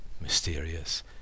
mysterious